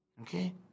okay